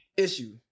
issue